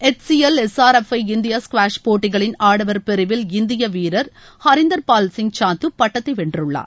HCL SRFI India squash போட்டிகளின் ஆடவர் பிரிவில் இந்திய வீரர் ஹரீந்தர் பால் சிங் சாந்து பட்டத்தை வென்றுள்ளார்